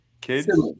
kids